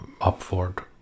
upward